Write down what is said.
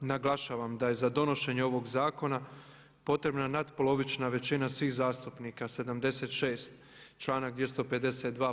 Naglašavam da je za donošenje ovog zakona potrebna natpolovična većina svih zastupnika, 76, članak 252.